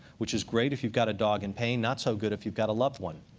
which is great if you've got a dog in pain. not so good if you've got a loved one.